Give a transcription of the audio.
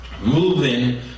Moving